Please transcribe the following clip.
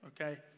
okay